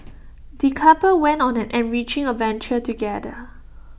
the couple went on an enriching adventure together